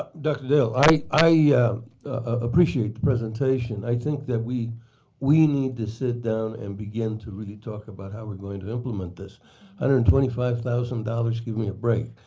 ah dr. dale, i appreciate the presentation. i think that we we need to sit down and begin to really talk about how we're going to implement this. one hundred and twenty five thousand dollars, give me a break.